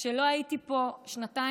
כשלא הייתי פה שנתיים,